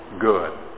good